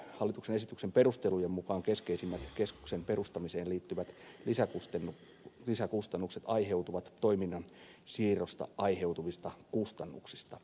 hallituksen esityksen perustelujen mukaan keskeisimmät keskuksen perustamiseen liittyvät lisäkustannukset aiheutuvat toiminnan siirrosta aiheutuvista kustannuksista